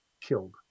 killed